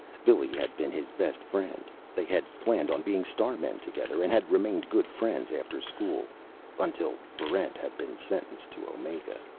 billy had been his best friend. they had planned on being starmen together, and had remained good friends after school until barrent had been sentenced to omega.